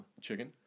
Chicken